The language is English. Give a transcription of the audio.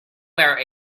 where